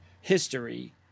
history